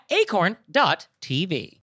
acorn.tv